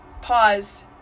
pause